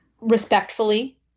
respectfully